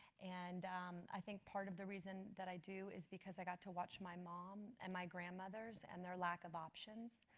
and i think part of the reason that i do is because i got to watch my mom and my grandmothers and their lack of options,